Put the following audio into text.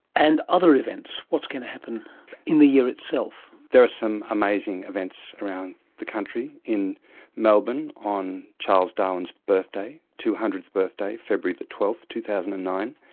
and other events? what's going to happen in the year itself? there are some amazing events around the country. in melbourne on charles darwin's two hundredth birthday, february the twelfth, two thousand and nine,